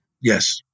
Yes